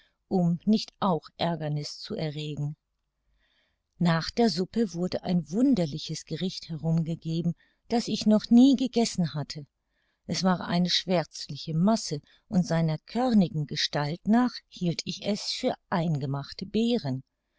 um nicht auch aergerniß zu erregen nach der suppe wurde ein wunderliches gericht herum gegeben das ich noch nie gegessen hatte es war eine schwärzliche masse und seiner körnigen gestalt nach hielt ich es für eingemachte beeren